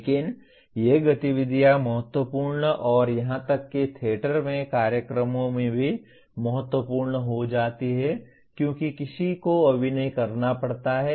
लेकिन ये गतिविधियाँ महत्वपूर्ण और यहां तक कि थिएटर में कार्यक्रमों में भी महत्वपूर्ण हो जाती हैं क्योंकि किसी को अभिनय करना पड़ता है